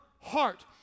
heart